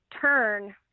turn